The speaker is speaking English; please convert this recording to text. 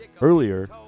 earlier